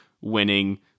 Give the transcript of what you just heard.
winning